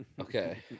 Okay